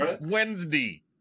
Wednesday